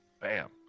bam